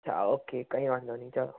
હા ઓકે કંઈ વાંધો નહીં ચાલો